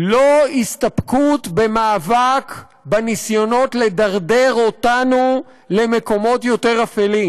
לא הסתפקות במאבק בניסיונות לדרדר אותנו למקומות יותר אפלים,